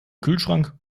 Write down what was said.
kühlschrank